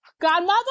Godmother